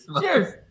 Cheers